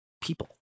people